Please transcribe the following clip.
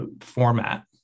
format